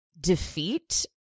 defeat